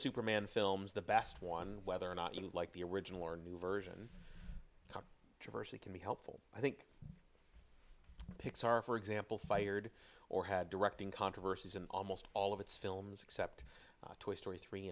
superman films the best one whether or not you like the original or new version diversity can be helpful i think pixar for example fired or had directing controversies in almost all of its films except a story three